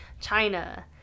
China